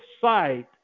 sight